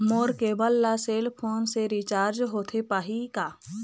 मोर cable ला cell phone से recharge होथे पाही का?